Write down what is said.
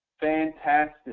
Fantastic